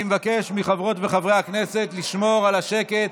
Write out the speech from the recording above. אני מבקש מחברות וחברי הכנסת לשמור על השקט.